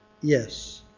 yes